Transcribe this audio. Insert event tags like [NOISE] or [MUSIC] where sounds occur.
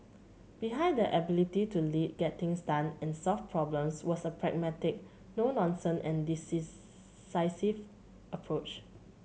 behind their ability to lead get things done and solve problems was a pragmatic no nonsense and [UNINTELLIGIBLE] approach